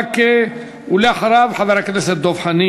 גם לא ראויה וחורגת מהמצב הכללי